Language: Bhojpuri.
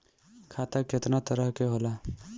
खाता केतना तरह के होला?